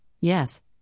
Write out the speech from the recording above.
yes